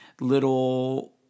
little